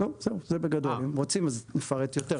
זה בגדול, אם רוצים נפרט יותר.